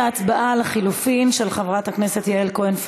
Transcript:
יואל חסון,